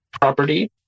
Property